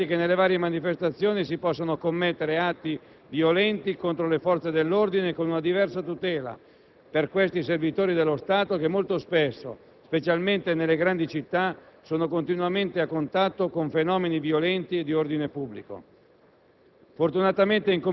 Si potrebbe pensare, infatti, che nelle varie manifestazioni si possano commettere atti violenti contro le forze dell'ordine, con una diversa tutela per questi servitori dello Stato che molto spesso, specialmente nelle grandi città, sono continuamente a contatto con fenomeni violenti e di ordine pubblico.